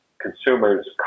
consumers